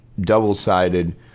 double-sided